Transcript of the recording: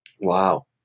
Wow